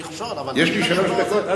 אולי לא מכשול, אולי תגיד לנו איך זה עוזר.